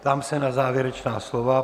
Ptám se na závěrečná slova.